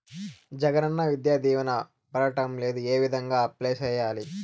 జగనన్న విద్యా దీవెన పడడం లేదు ఏ విధంగా అప్లై సేయాలి